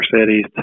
cities